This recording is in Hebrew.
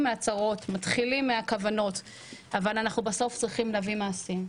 מהצהרות ומכוונות אבל בסוף אנחנו צריכים להביא מעשים.